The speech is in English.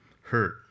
hurt